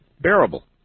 bearable